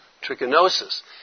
trichinosis